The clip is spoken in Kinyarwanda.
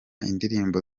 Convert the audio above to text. indirimbo